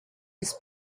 his